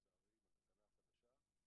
לצערי עם התקנה החדשה,